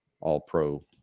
all-pro